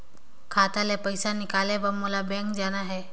खाता ले पइसा निकाले बर मोला बैंक जाना हे?